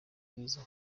bwiza